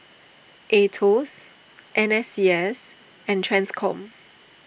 Aetos N S C S and Transcom